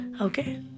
Okay